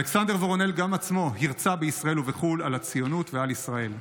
אלכסנדר וורונל עצמו הרצה בישראל ובחו"ל על הציונות ועל ישראל.